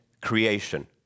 creation